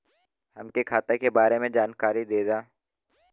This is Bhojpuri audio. हमके खाता के बारे में जानकारी देदा?